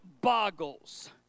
boggles